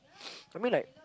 I mean like